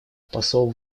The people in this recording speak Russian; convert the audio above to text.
посол